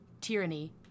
tyranny